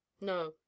no